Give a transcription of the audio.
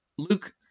Luke